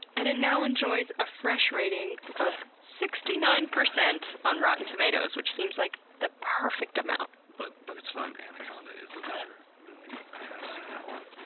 and it now enjoys a fresh rating of, sixty nine percent on rotten tomatoes, which seems like the perfect amount. but but it's fun. anaconda is another movie. i have seen that one,